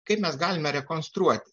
kaip mes galime rekonstruoti